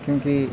کیونکہ